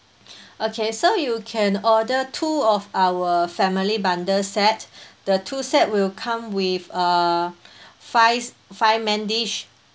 okay so you can order two of our family bundle set the two set will come with uh five five main dish